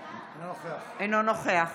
אינו נוכח